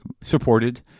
supported